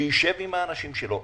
שישב עם האנשים שלו.